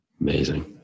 amazing